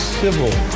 civil